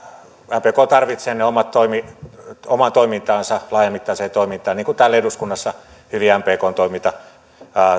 mpk tarvitsee ne omaan toimintaansa laajamittaiseen toimintaansa niin kuin täällä eduskunnassa hyvin mpkn toiminta